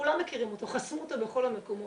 כולם מכירים אותו, חסמו אותו בכל המקומות,